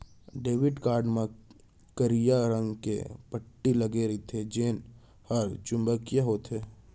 debit card म करिया रंग के पट्टी लगे रथे जेन हर चुंबकीय होथे